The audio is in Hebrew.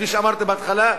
כפי שאמרתי בהתחלה,